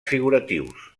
figuratius